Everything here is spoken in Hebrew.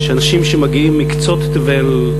שאנשים שמגיעים מקצות תבל,